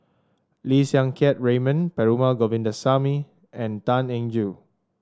Lim Siang Keat Raymond Perumal Govindaswamy and Tan Eng Joo